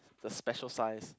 the special size